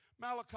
Malachi